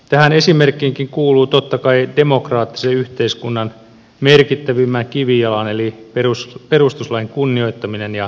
tähän esimerkkiinkin kuuluu totta kai demokraattisen yhteiskunnan merkittävimmän kivijalan eli perustuslain kunnioittaminen ja noudattaminen